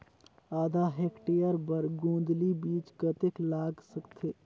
आधा हेक्टेयर बर गोंदली बीच कतेक लाग सकथे?